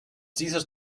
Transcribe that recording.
dieser